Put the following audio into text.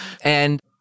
And-